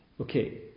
Okay